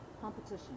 competition